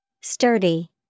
Sturdy